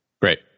Great